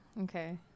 okay